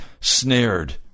snared